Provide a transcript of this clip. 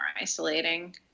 isolating